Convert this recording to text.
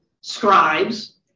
scribes